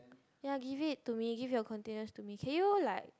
ya give it to me give your containers to me can you like